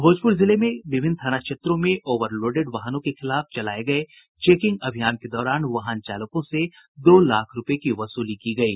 भोजपुर जिले के विभिन्न थाना क्षेत्रों में ओवर लोडेड वाहनों के खिलाफ चलाये गये चेकिंग अभियान के दौरान वाहन चालकों से दो लाख रूपये की वसूली की गयी